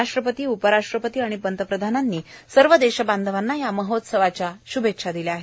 राष्ट्रपती उपराष्ट्रपती आणि पंतप्रधान यांनी सर्व देशबांधवांना या महोत्सवाच्या श्भेच्छा दिल्या आहेत